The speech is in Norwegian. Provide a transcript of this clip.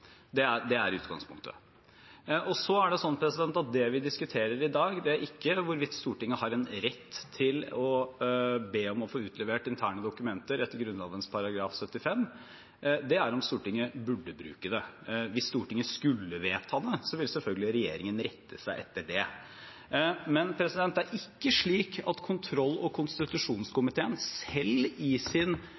Det er utgangspunktet. Så er det slik at det vi diskuterer i dag, ikke er hvorvidt Stortinget har en rett til å be om å få utlevert interne dokumenter etter Grunnloven § 75, men hvorvidt Stortinget bør bruke den. Hvis Stortinget skulle vedta det, vil selvfølgelig regjeringen rette seg etter det. Men det er ikke slik at kontroll- og konstitusjonskomiteen, selv i sin